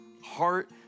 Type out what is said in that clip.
Heart